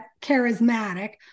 charismatic